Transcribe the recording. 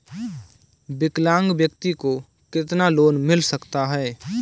विकलांग व्यक्ति को कितना लोंन मिल सकता है?